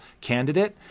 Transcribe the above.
candidate